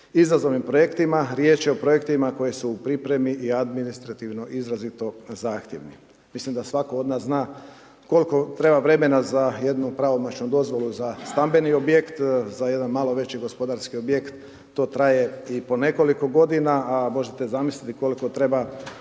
izazovnim projektima, riječ je o projektima koji su u pripremi i administrativno izrazito zahtjevni. Mislim da svatko od nas zna koliko treba vremena za jednu pravomoćnu dozvolu za stambeni objekt, za jedan malo veći gospodarski objekt, to traje i po nekoliko godina, a možete zamisliti koliko treba